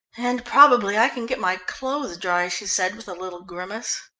and probably i can get my clothes dry, she said with a little grimace.